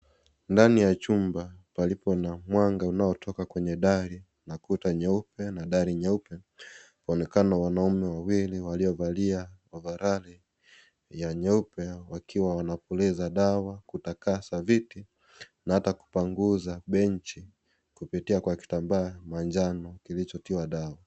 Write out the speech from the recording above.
Ndani ya chumba palipo na mwanga unaotoka kwenye dari na ,kuta nyeupe na dari nyeupe unaonekana wanaume wawili waliovalia ovaroli ya nyeupe wakiwa wanapuliza dawa, kudakaza viti na hata kupanguza benchi kupitia kwa kitambaa cha manjano kilichotiwa dawa.